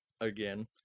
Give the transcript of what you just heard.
again